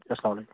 اَسلامُ علیکُم